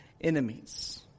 enemies